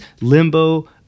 Limbo